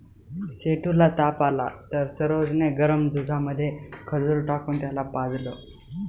सेठू ला ताप आला तर सरोज ने गरम दुधामध्ये खजूर टाकून त्याला पाजलं